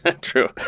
True